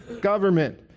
government